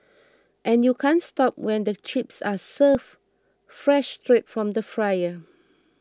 and you can't stop when the chips are served fresh straight from the fryer